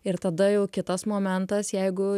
ir tada jau kitas momentas jeigu